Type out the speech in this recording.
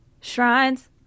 shrines